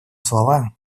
слова